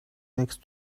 next